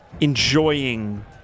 enjoying